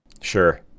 Sure